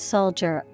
Soldier